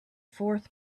fourth